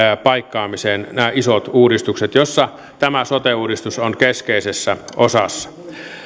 paikkaamiseen nämä isot uudistukset joissa tämä sote uudistus on keskeisessä osassa